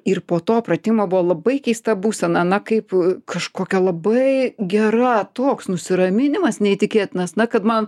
ir po to pratimo buvo labai keista būsena na kaip kažkokia labai gera toks nusiraminimas neįtikėtinas na kad man